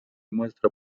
muestra